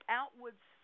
outwards